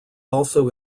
also